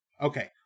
Okay